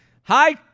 Hi